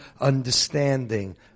understanding